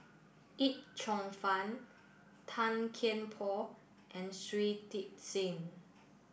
Yip Cheong Fun Tan Kian Por and Shui Tit Sing